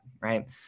right